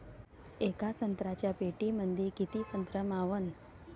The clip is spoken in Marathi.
येका संत्र्याच्या पेटीमंदी किती संत्र मावन?